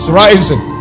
rising